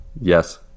Yes